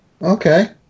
Okay